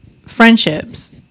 friendships